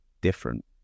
different